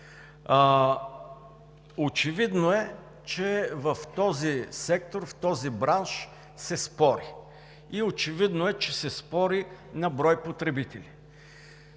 Очевидно е, че в този сектор, в този бранш се спори, очевидно е, че се спори за брой потребители.